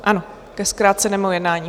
Ano, ke zkrácenému jednání.